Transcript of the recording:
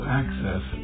access